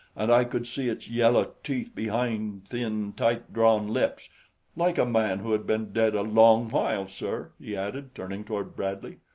and i could see its yellow teeth behind thin, tight-drawn lips like a man who had been dead a long while, sir, he added, turning toward bradley.